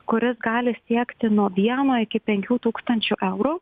kuris gali siekti nuo vieno iki penkių tūkstančių eurų